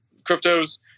cryptos